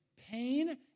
pain